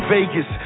Vegas